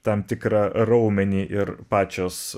tam tikrą raumenį ir pačios